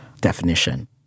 definition